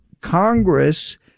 Congress